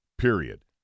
Period